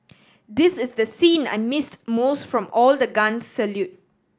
this is the scene I missed most from all the guns salute